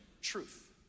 truth